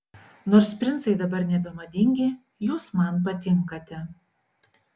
nors princai dabar nebemadingi jūs man patinkate